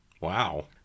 Wow